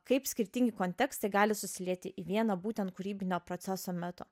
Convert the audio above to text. kaip skirtingi kontekstai gali susilieti į vieną būtent kūrybinio proceso metu